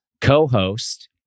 co-host